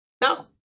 No